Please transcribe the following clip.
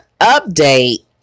update